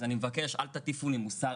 אז אני מבקש אל תטיפו לי מוסר,